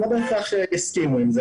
הם לא בהכרח יסכימו לזה,